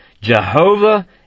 Jehovah